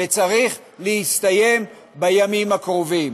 וצריך להסתיים בימים הקרובים.